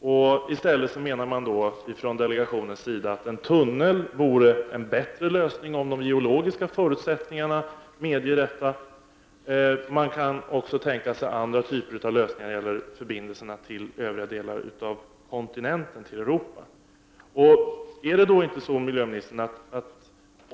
I stället menar man från delegationens sida att en tunnel vore en bättre lösning, om de geologiska förutsättningarna medger det. Det går också att tänka sig andra typer av lösningar när det gäller förbindelserna till övriga delar av kontinenten, till Europa.